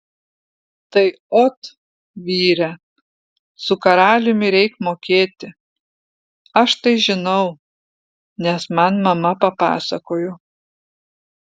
tai ot vyre su karaliumi reik mokėti aš tai žinau nes man mama papasakojo